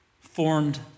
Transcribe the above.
formed